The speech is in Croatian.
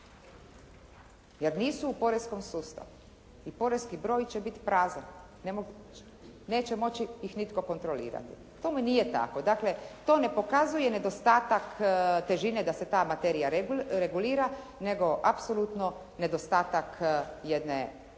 jer nisu u poreskom sustavu i poreski broj će biti prazan, neće moći ih nitko kontrolirati. Tomu nije tako. Dakle to ne pokazuje nedostatak težine da se ta materija regulira nego apsolutno nedostatak jedne ozbiljne